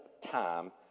time